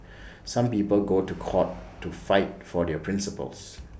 some people go to court to fight for their principles